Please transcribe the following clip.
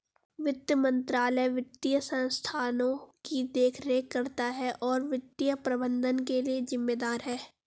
वित्त मंत्रालय वित्तीय संस्थानों की देखरेख करता है और वित्तीय प्रबंधन के लिए जिम्मेदार है